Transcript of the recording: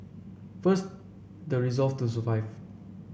first the resolve to survive